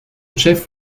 chef